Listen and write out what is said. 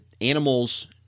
animals